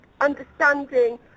understanding